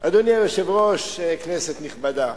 אדוני היושב-ראש, כנסת נכבדה,